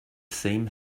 same